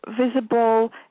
visible